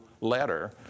letter